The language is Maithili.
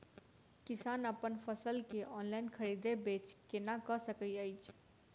किसान अप्पन फसल केँ ऑनलाइन खरीदै बेच केना कऽ सकैत अछि?